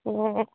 অঁ